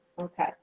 Okay